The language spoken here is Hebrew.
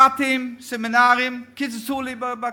ת"תים, סמינרים, קיצצו לי בכול.